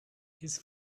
his